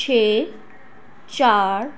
ਛੇ ਚਾਰ